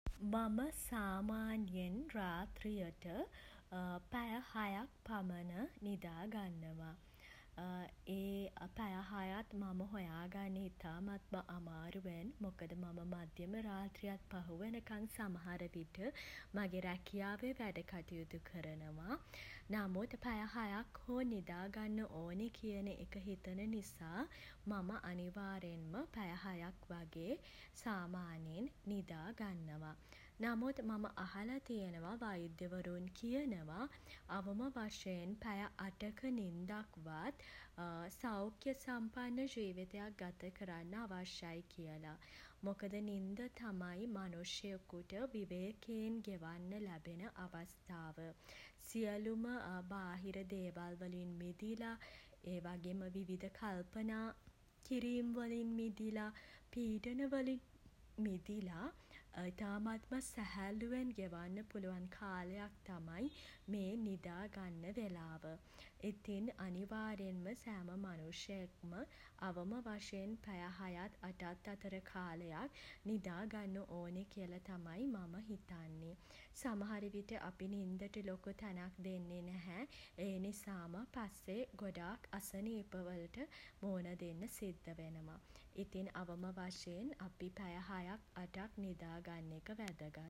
මම සාමාන්‍යයෙන් රාත්‍රියට පැය හයක් පමණ නිදා ගන්නවා. ඒ පැය හයත් මම හොයාගන්නේ ඉතාමත් අමාරුවෙන්. මොකද මම මධ්‍යම රාත්‍රියත් පහු වෙනකන් සමහරවිට මගේ රැකියාවේ වැඩ කටයුතු කරනවා. නමුත් පැය හයක් හෝ නිදා ගන්න ඕනේ කියන එක හිතන නිසා මම අනිවාර්යයෙන්ම පැය හයක් වගේ සාමාන්‍යයෙන් නිදා ගන්නවා. නමුත් මම අහල තියෙනවා වෛද්‍යවරුන් කියනවා අවම වශයෙන් පැය අටක නින්දක්වත් සෞඛ්‍ය සම්පන්න ජීවිතයක් ගත කරන්න අවශ්‍යයි කියලා. මොකද නින්ද තමයි මනුෂ්‍යයෙකුට විවේකයෙන් ගෙවන්න ලැබෙන අවස්ථාව. සියලුම බාහිර දේවල් වලින් මිදිලා ඒ වගේම විවිධ කල්පනා කිරීම් වලින් මිදිලා පීඩන වලින් මිදිලා ඉතාමත්ම සැහැල්ලුවෙන් ගෙවන්න පුළුවන් කාලයක් තමයි මේ නිදා ගන්න වෙලාව. ඉතිං අනිවාර්යයෙන්ම සෑම මනුෂ්‍යයෙක්ම අවම වශයෙන් පැය හයත් අටත් අතර කාලයක් නිදා ගන්න ඕනේ කියලා තමයි මම හිතන්නේ. සමහරවිට අපි නින්දට ලොකු තැනක් දෙන්නේ නැහැ. ඒ නිසාම පස්සේ ගොඩක් අසනීප වලට මුහුණ දෙන්න සිද්ද වෙනවා. ඉතින් අවම වශයෙන් අපි පැය හයක් අටක් නිදා ගන්න එක වැදගත්.